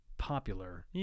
popular